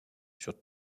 sur